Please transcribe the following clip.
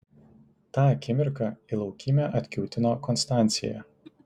tą akimirką į laukymę atkiūtino konstancija